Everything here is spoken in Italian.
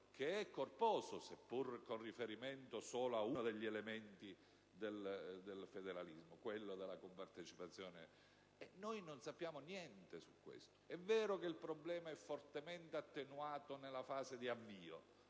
all'altro, seppur con riferimento ad uno solo degli elementi del federalismo, quello della compartecipazione: ma noi non sappiamo niente su questo. È vero che il problema è fortemente attenuato nella fase di avvio